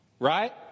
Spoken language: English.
Right